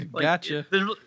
Gotcha